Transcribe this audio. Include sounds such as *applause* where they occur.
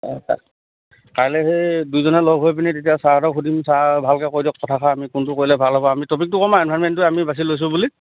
অ কাইলে সেই দুইজনে লগ হৈ পিনে তেতিয়া ছাৰহঁতক সুধিম ছাৰ ভালকে কৈ দিয়ক কথা *unintelligible* আমি কোনটো কৰিলে ভাল হ'ব আমি টপিকটো কম আৰু এনভাইৰনমেন্টোৱে আমি বাছি লৈছোঁ বুলি